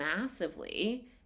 massively